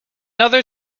other